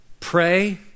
Pray